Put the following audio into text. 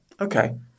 Okay